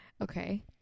Okay